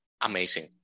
amazing